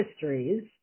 histories